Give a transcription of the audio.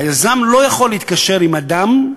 הוא לא יכול להתקשר עם אדם,